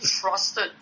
trusted